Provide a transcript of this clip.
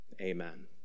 Amen